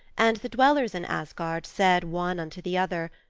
and the dwellers in asgard said one unto the other,